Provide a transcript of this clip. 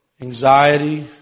anxiety